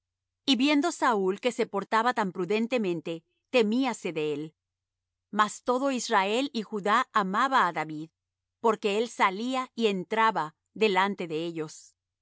y viendo saúl que se portaba tan prudentemente temíase de él mas todo israel y judá amaba á david porque él salía y entraba delante de ellos